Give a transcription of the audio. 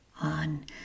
on